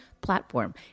platform